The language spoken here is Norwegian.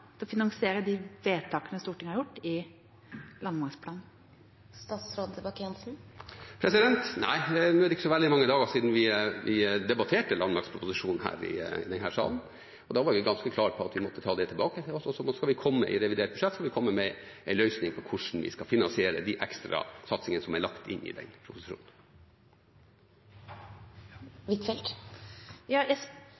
til å finansiere de vedtakene Stortinget har gjort i forbindelse med landmaktplanen? Nei. Det er ikke så veldig mange dager siden vi debatterte landmaktproposisjonen i denne salen. Da var jeg ganske klar på at vi måtte ta den tilbake, og i revidert budsjett skal vi komme med en løsning om hvordan vi skal finansiere de ekstra satsingene som er lagt inn i den